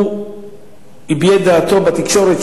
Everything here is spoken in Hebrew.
הוא הביע את דעתו בתקשורת,